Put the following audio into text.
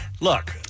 Look